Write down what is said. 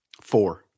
Four